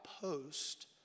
post